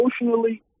emotionally